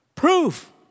Proof